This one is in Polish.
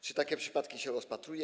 Czy takie przypadki się rozpatruje?